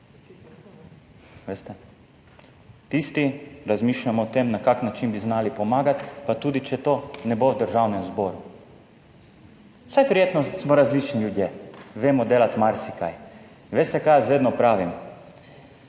tisti razmišljamo o tem, na kakšen način bi znali pomagati pa tudi če to ne bo v Državnem zboru, vsaj prijetno, smo različni ljudje, vemo delati marsikaj. In veste kaj, jaz vedno pravim,